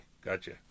Gotcha